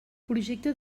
projecte